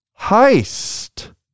Heist